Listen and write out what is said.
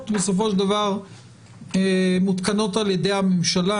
בסופו של דבר מותקנות על ידי הממשלה